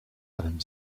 einem